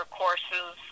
courses